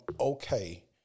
okay